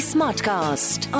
Smartcast